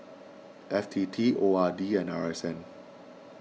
F T T O R D and R S N